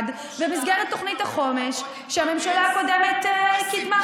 במסגרת תוכנית החומש שהממשלה הקודמת קידמה,